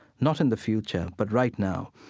not in the future, but right now.